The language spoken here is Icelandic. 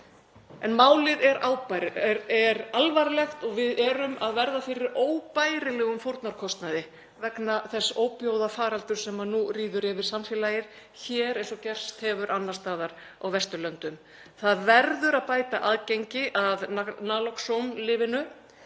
Málið er alvarlegt og við erum að verða fyrir óbærilegum fórnarkostnaði vegna þess ópíóíðafaraldurs sem nú ríður yfir samfélagið hér, eins og gerst hefur annars staðar á Vesturlöndum. Það verður að bæta aðgengi að nalaxone-lyfinu.